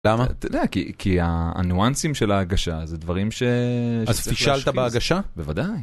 למה? אתה יודע, כי הניואנסים של ההגשה, זה דברים שצריך. אז פישלת בהגשה? בוודאי.